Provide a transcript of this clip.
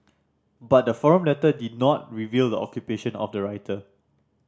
but the forum letter did not reveal the occupation of the writer